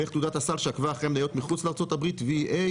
איך תעודת הסל שעקבה אחרי מניות מחוץ לארצות הברית VEA?